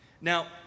now